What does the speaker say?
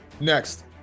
Next